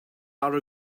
are